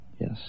Yes